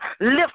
Lift